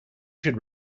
should